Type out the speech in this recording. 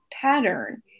pattern